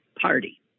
party